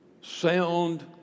sound